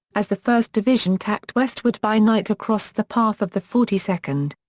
as the first division tacked westward by night across the path of the forty second.